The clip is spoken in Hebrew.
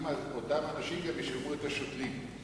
אם אותם אנשים גם ישלמו את השוטרים.